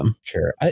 sure